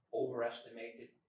overestimated